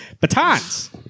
Batons